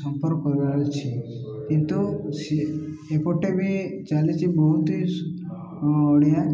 ସମ୍ପର୍କ କରଛି କିନ୍ତୁ ସେ ଏପଟେ ବି ଚାଲିଛି ବହୁତ ହି ଓଡ଼ିଆ